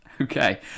Okay